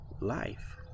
life